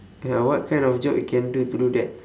ya what kind of job you can do to do that